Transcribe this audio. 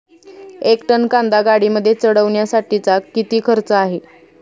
एक टन कांदा गाडीमध्ये चढवण्यासाठीचा किती खर्च आहे?